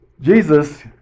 Jesus